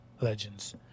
legends